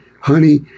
honey